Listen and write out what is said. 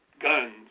guns